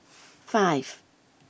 five